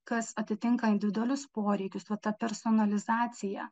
kas atitinka individualius poreikius va tą personalizaciją